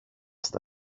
στα